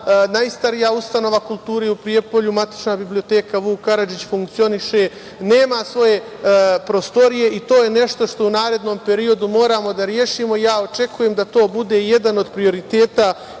najstarija ustanova kulture u Prijepolju, matična biblioteka "Vuk Karadžić", funkcioniše, nema svoje prostorije i to je nešto što u narednom periodu moramo da rešimo. Ja očekujem da to bude jedan od prioriteta